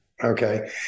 Okay